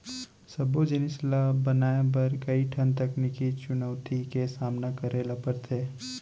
सबो जिनिस ल बनाए बर कइ ठन तकनीकी चुनउती के सामना करे ल परथे